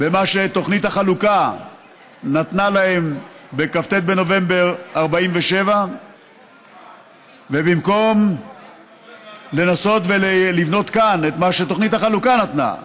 במה שתוכנית החלוקה נתנה להם בכ"ט בנובמבר 1947. במקום לנסות ולבנות כאן את מה שתוכנית החלוקה נתנה,